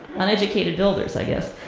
uneducated builders, i guess.